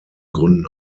gründen